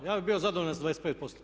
Ja bih bio zadovoljan sa 25%